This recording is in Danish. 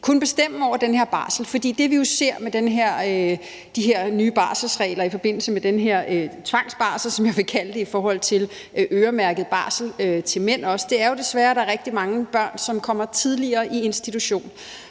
kunne bestemme over den her barsel, for det, vi jo ser med de her nye barselsregler i forbindelse med den her tvangsbarsel, som jeg vil kalde det i forhold til øremærket barsel til mænd også, er desværre, at der er rigtig mange børn, som kommer tidligere i institution.